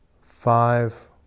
five